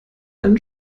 einen